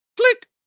click